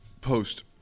post